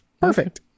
Perfect